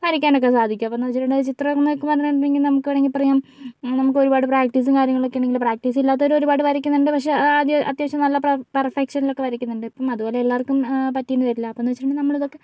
വരയ്ക്കാനൊക്കെ സാധിക്കും അപ്പൊ എന്ന് വച്ചിട്ടുണ്ടെങ്കിൽ ചിത്രം എന്ന് കേൾക്കുമ്പോൾ നമുക്ക് വേണമെങ്കിൽ പറയാം നമുക്ക് ഒരുപാട് പ്രാക്ടീസും കാര്യങ്ങളും ഒക്കെ ഉണ്ടെങ്കില് പ്രാക്ടീസ് ഇല്ലാത്തവര് ഒരുപാട് വരയ്ക്കുന്നുണ്ട് പക്ഷേ ആദ്യം അത്യാവശ്യം നല്ല പെര്ഫെക്ഷനിലൊക്കെ വരയ്ക്കുന്നുണ്ട് അപ്പൊ അതുപോലെ എല്ലാര്ക്കും പറ്റിയെന്നു വരില്ല അപ്പൊ എന്ന് വച്ചിട്ടുണ്ടെങ്കില് നമ്മളിതൊക്കെ